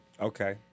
Okay